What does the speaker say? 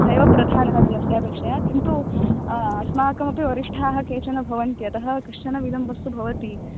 सैव प्रधानः धनस्य अपेक्षया किन्तु अस्माकमपि वरिष्ठाः केचन भवन्ति अतः कश्चन विलम्बस्तु भवति